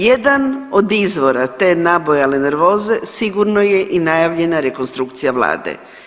Jedan od izvora te nabujale nervoze sigurno je i najavljena rekonstrukcija vlade.